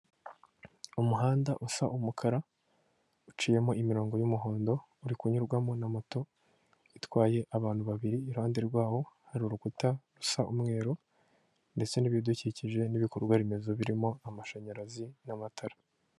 Umuhanda usa umukara uciyemo imirongo y'umuhondo uri kunyurwamo na moto itwaye abantu babiri, iruhande rwawo hari urukuta rusa umweru ndetse n'ibidukikije n'ibikorwa remezo birimo amashanyarazi n'amatara.